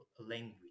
language